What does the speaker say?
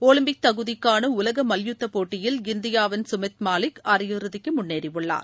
Olympic தகுதிக்கான உலக மல்யுத்த போட்டியில் இந்தியாவின் சுமித் மாலிக் அரையிறுதிக்கு முன்னேறியுள்ளார்